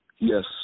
Yes